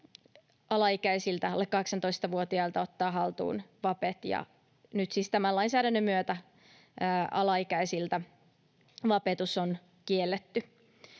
alaikäisiltä, alle 18-vuotiailta, ottaa haltuun vapet. Nyt siis tämän lainsäädännön myötä alaikäisiltä vapetus on kielletty.